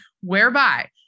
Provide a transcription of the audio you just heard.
whereby